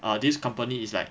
ah this company is like